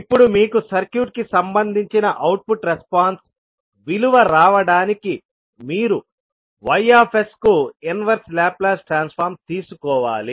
ఇప్పుడు మీకు సర్క్యూట్ కు సంబంధించిన అవుట్పుట్ రెస్పాన్స్ విలువ రావడానికి మీరు Yకు ఇన్వెర్సె లాప్లాస్ ట్రాన్సఫార్మ్ తీసుకోవాలి